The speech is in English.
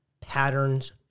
Patterns